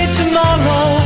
tomorrow